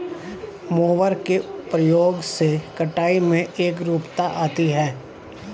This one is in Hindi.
मोवर के प्रयोग से कटाई में एकरूपता आती है